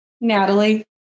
Natalie